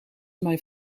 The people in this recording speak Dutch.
mijn